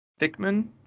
Thickman